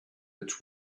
its